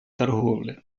торговли